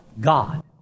God